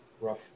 Rough